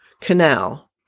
canal